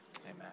amen